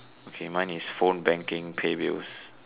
okay mine is phone banking pay bills